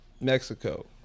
Mexico